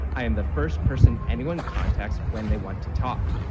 i am the first person anyone contacts when they want to talk.